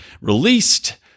released